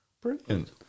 Brilliant